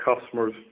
customers